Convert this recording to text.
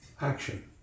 action